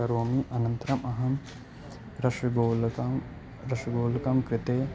करोमि अनन्तरम् अहं रशगोलकं रशगोलकं कृते